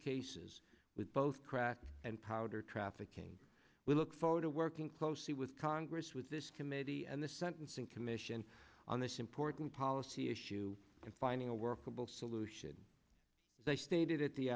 cases with both crack and powder trafficking we look forward to working closely with congress with this committee and the sentencing commission on this important policy issue and finding a workable solution they stated at the